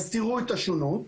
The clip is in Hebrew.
תראו את השונות.